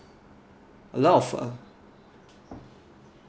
a lot of uh